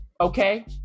Okay